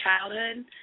childhood